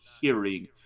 hearing